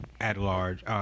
at-large